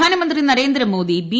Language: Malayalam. പ്രധാനമന്ത്രി നരേന്ദ്രമോദി ബി